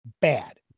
bad